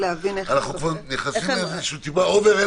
אנחנו כבר נכנסים לאיזשהו טיפה over?